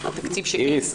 התקציב --- איריס,